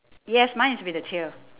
yes mine is with the tail